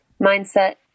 mindset